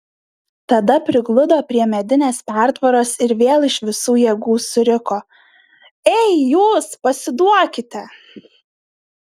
tada prigludo prie medinės pertvaros ir vėl iš visų jėgų suriko ei jūs pasiduokite